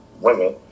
women